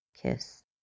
kiss